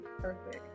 perfect